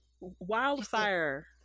wildfire